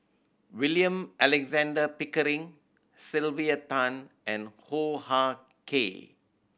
William Alexander Pickering Sylvia Tan and Hoo Ah Kay